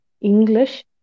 English